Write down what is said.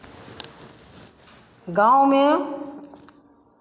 गाँव में